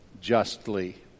justly